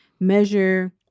Measure